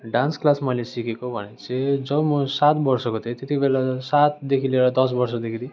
dance class मैले सिकेको भनेको चाहिँ जब म सात वर्षको थिएँ त्यति बेला सातदेखि लिएर दस वर्षदेखि